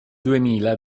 duemila